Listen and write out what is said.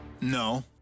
No